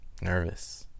nervous